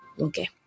okay